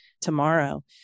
tomorrow